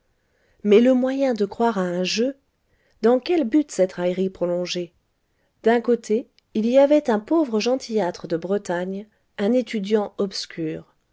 mais le moyen de croire à un jeu dans quel but cette raillerie prolongée d'un côté il y avait un pauvre gentillâtre de bretagne un étudiant obscur